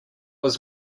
was